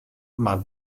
mar